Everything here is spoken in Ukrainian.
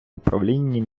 управлінні